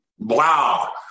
Wow